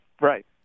Right